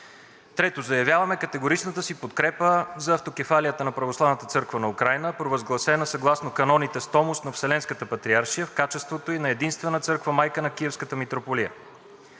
Трето, заявяваме категоричната си подкрепа за автокефалията на Православната църква на Украйна, провъзгласена съгласно каноните с томос на Вселенската патриаршия в качеството ѝ на единствена църква майка на Киевската митрополия.